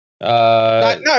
No